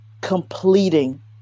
completing